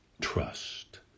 Trust